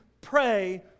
pray